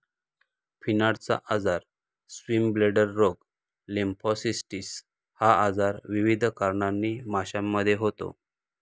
फिनार्टचा आजार, स्विमब्लेडर रोग, लिम्फोसिस्टिस हा आजार विविध कारणांनी माशांमध्ये होतो